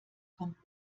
kommt